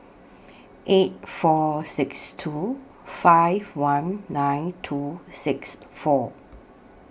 eight four six two five one nine two six four